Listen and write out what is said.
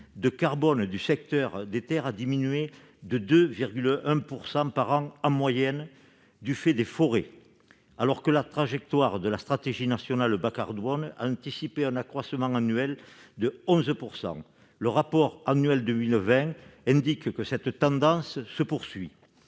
de carbone du secteur des terres a diminué de 2,1 % par an en moyenne, du fait des forêts. Pourtant, la trajectoire de la stratégie nationale bas-carbone anticipait un accroissement annuel de 11 %. Le rapport annuel 2020 indique que cette tendance se poursuit.